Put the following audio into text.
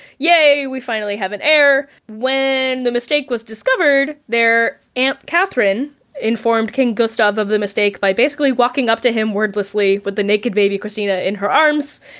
yay, we finally have an heir! when the mistake was discovered their aunt catherine informed king gustav of the mistake by basically walking up to him wordlessly with the naked baby kristina in her arms,